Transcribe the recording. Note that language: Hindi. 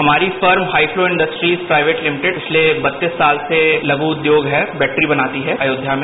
हमारी फर्म हाईफ्लो इन्डस्ट्रीज लिमिटेड पिछले बत्तीस सालों से लघु उद्योग है बैट्री बनाती है अयोध्या में